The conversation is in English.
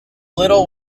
little